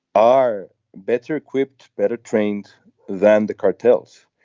are better equipped better trained than the cartels.